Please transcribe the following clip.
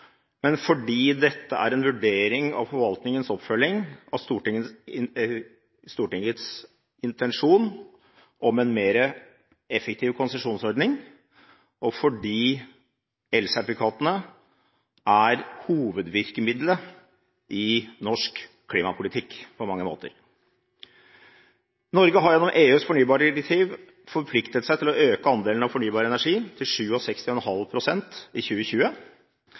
men fordi dette er en vurdering av forvaltningens oppfølging av Stortingets intensjon om en mer effektiv konsesjonsordning, og fordi elsertifikatene på mange måter er hovedvirkemiddelet i norsk klimapolitikk. Norge har gjennom EUs fornybardirektiv forpliktet seg til å øke andelen av fornybar energi til